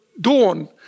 dawn